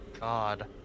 god